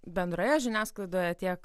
bendroje žiniasklaidoje tiek